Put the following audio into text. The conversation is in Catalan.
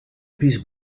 pis